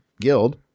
guild